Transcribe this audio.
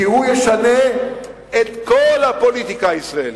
כי הוא ישנה את כל הפוליטיקה הישראלית.